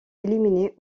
éliminée